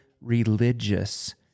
religious